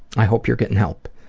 i hope you're getting help.